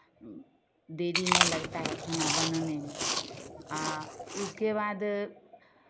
देरी नहीं लगता है खाना बनाने में आ उसके बाद